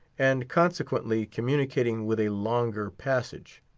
and consequently communicating with a longer passage.